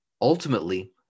ultimately